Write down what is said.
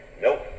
Nope